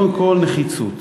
קודם כול, נחיצות,